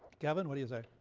kevin, what do you